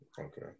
okay